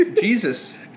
Jesus